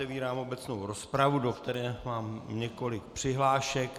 Otevírám obecnou rozpravu, do které mám několik přihlášek.